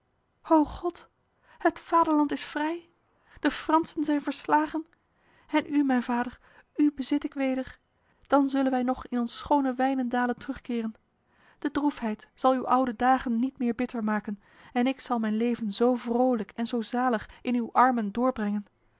o god het vaderland is vrij de fransen zijn verslagen en u mijn vader u bezit ik weder dan zullen wij nog in ons schone wijnendale terugkeren de droefheid zal uw oude dagen niet meer bitter maken en ik zal mijn leven zo vrolijk en zo zalig in uw armen doorbrengen